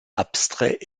abstrait